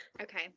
okay